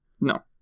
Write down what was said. No